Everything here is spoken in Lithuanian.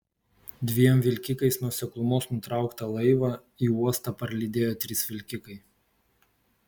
dviem vilkikais nuo seklumos nutrauktą laivą į uostą parlydėjo trys vilkikai